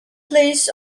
place